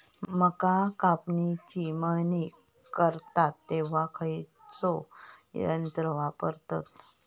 मका पिकाची मळणी करतत तेव्हा खैयचो यंत्र वापरतत?